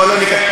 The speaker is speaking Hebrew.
בוא לא ניכנס,